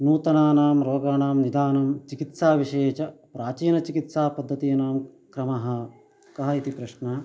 नूतनानां रोगाणां निदानं चिकित्साविषये च प्राचीनचिकित्सापद्धतीनां क्रमः कः इति प्रश्नः